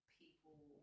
people